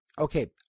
okay